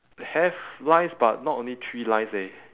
the have lines but not only three lines eh